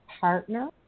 partner